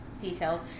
Details